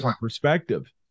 perspective